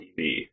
TV